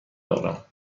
دارم